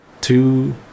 two